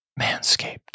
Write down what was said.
Manscaped